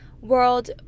world